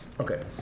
Okay